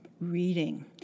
reading